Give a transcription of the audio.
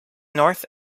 north